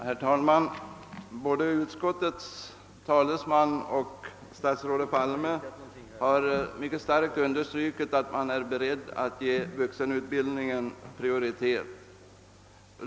Herr talman! Både utskottets talesman och statsrådet Palme har mycket starkt understrukit att man är beredd att ge vuxenutbildningen prioritet.